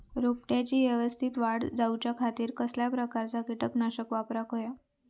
रोपट्याची यवस्तित वाढ जाऊच्या खातीर कसल्या प्रकारचा किटकनाशक वापराक होया?